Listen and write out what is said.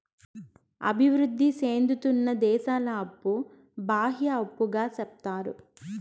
అభివృద్ధి సేందుతున్న దేశాల అప్పు బాహ్య అప్పుగా సెప్తారు